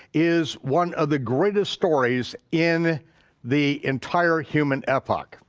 is one of the greatest stories in the entire human epoch.